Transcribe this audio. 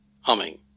humming